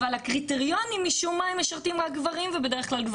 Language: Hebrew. אבל הקריטריונים משום מה משרתים רק גברים,